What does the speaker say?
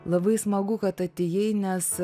labai smagu kad atėjai nes